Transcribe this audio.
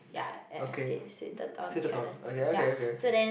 ya ya sit sitathon challenge ya so then